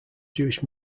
jewish